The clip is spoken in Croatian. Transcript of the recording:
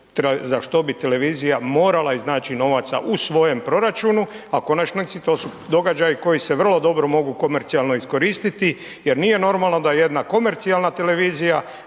za što bi televizija morala iznaći novaca u svojem proračunu, a u konačnici to su događaji koji se vrlo dobro mogu komercijalno iskoristiti jer nije normalno da jedan komercijalna televizija